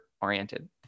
oriented